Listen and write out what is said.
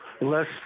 less